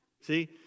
see